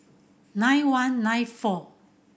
nine one nine four